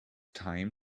time